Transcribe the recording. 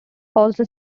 also